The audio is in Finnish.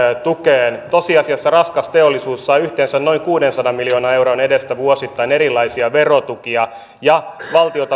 tukeen tosiasiassa raskas teollisuus saa yhteensä noin kuudensadan miljoonan euron edestä vuosittain erilaisia verotukia ja valtion